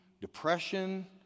depression